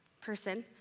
person